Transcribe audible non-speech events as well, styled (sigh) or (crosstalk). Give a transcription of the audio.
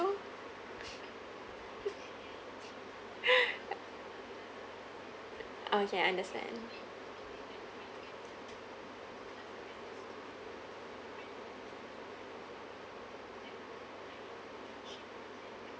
(breath) oh ya understand